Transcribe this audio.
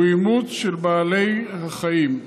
הוא אימוץ של בעלי חיים.